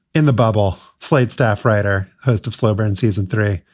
in the bubble. slate staff writer, host of slover in season three.